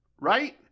right